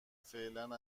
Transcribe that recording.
فعلا